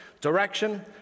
direction